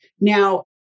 Now